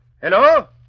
Hello